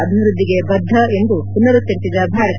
ಅಭಿವ್ವದ್ದಿಗೆ ಬದ್ದ ಎಂದು ಪುನರುಚ್ಚರಿಸಿದ ಭಾರತ